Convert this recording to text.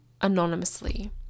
anonymously